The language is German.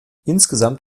insgesamt